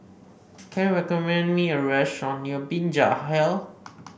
can you recommend me a restaurant near Binjai Hill